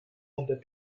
and